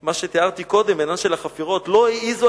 מה שתיארתי קודם בעניין של החפירות: "לא העיזו